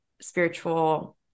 spiritual